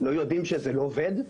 לא יודעים שזה לא עובד?